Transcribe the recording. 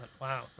Wow